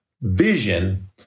vision